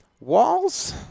Walls